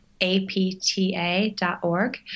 APTA.org